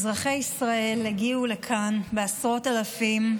אזרחי ישראל הגיעו לכאן בעשרות אלפים,